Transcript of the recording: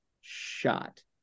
shot